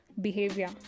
behavior